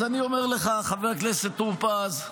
אז אני אומר לך, חבר הכנסת טור פז,